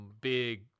big